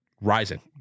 rising